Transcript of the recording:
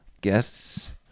guests